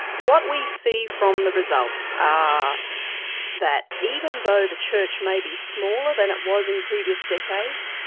what we see from the results are that even though the church may be smaller than it was in previous decades,